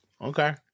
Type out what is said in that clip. Okay